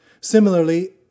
Similarly